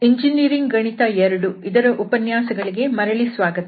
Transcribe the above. engineering ಗಣಿತ II ರ ಉಪನ್ಯಾಸಗಳಿಗೆ ಮರಳಿ ಸ್ವಾಗತ